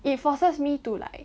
it forces me to like